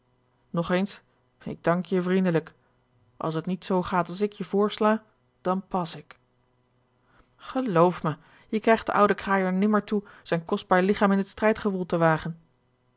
nog eens ik dank je vriendelijk als het niet zoo gaat als ik je voorsla dan pas ik geloof mij je krijgt de oude kraai er nimmer toe zijn kostbaar ligchaam in het strijdgewoel te wagen